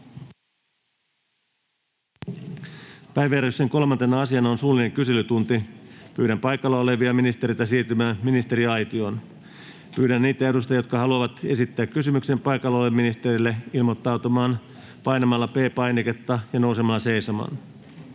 Päiväjärjestyksen 3. asiana on suullinen kyselytunti. Pyydän paikalla olevia ministereitä siirtymään ministeriaitioon. Pyydän niitä edustajia, jotka haluavat esittää kysymyksen paikalla olevalle ministerille, ilmoittautumaan painamalla P-painiketta ja nousemalla seisomaan.